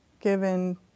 given